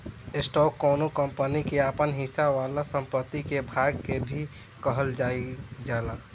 stock कौनो company के आपन हिस्सा वाला संपत्ति के भाग के भी कहल जाइल जाला